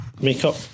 Makeup